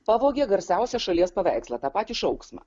pavogė garsiausią šalies paveikslą tą patį šauksmą